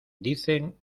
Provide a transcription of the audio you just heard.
dicen